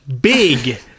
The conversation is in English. big